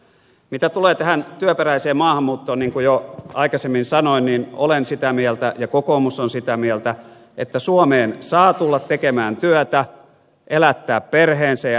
mitä tulee tähän työperäiseen maahanmuuttoon niin kuin jo aikaisemmin sanoin olen sitä mieltä ja kokoomus on sitä mieltä että suomeen saa tulla tekemään työtä elättää perheensä ja itsensä